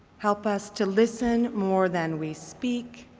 help us to listen more than we speak,